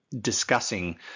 discussing